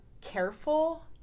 careful